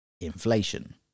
Inflation